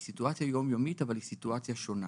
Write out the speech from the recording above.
היא סיטואציה יום-יומית אבל היא סיטואציה שונה.